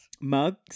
mugs